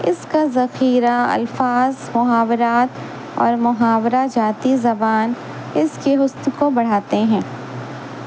اس کا ذخیرہ الفاظ محاورات اور محاورہ جاتی زبان اس کے حسن کو بڑھاتے ہیں